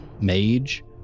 mage